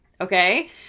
Okay